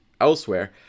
elsewhere